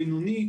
בינוני,